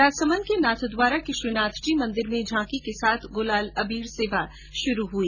राजसमन्द के नाथद्वारा के श्रीनाथ जी मंदिर में झांकी के साथ गुलाल अर्बीर सेवा शुरू हुई